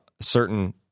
certain